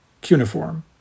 cuneiform